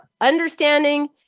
understanding